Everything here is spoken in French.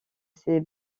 ses